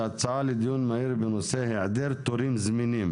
הצעה לדיון מהיר בנושא: "היעדר תורים זמינים